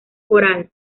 foral